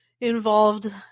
involved